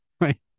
Right